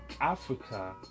Africa